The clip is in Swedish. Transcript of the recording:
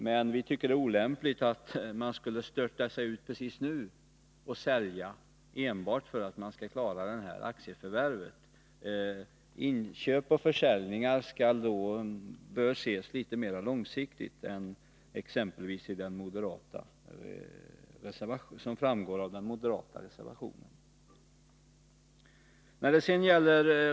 Men vi tycker att det är olämpligt att man precis nu störtar sig ut och säljer, enbart för att klara det här aktieförvärvet. Inköp och försäljningar bör ses litet mera långsiktigt än vad som framgår av exempelvis den moderata reservationen.